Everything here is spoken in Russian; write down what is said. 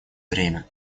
время